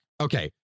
Okay